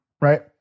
Right